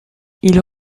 ils